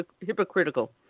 hypocritical